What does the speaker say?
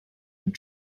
and